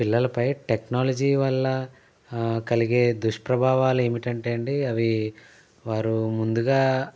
పిల్లలపై టెక్నాలజీ వల్ల కలిగే దుష్ప్రభావాలు ఏమిటంటే అండి అవి వారు ముందుగా